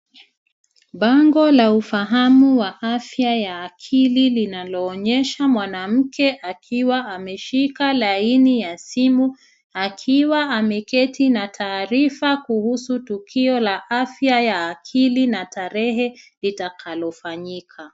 Bango la ufahamu wa afya ya akili linaloonyesha mwanamke akiwa ameshika laini ya simu akiwa ameketi na taarifa kuhusu tukio la afya ya akili na tarehe itakayofanyika.